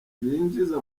binjiza